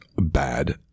bad